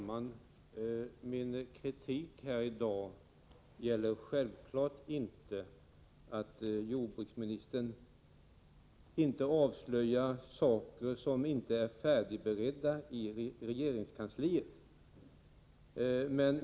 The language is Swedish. Herr talman! Min kritik gäller självfallet inte att jordbruksministern inte avslöjar saker som inte är färdigberedda i regeringskansliet.